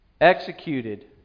Executed